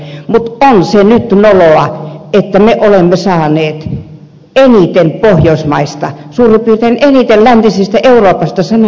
mutta on se nyt noloa että me olemme saaneet eniten pohjoismaista suurin piirtein eniten läntisestä euroopasta sananvapaustuomioita